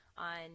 on